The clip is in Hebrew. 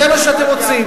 זה מה שאתם רוצים.